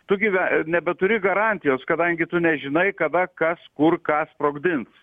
tu gyve nebeturi garantijos kadangi tu nežinai kada kas kur ką sprogdins